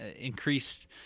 increased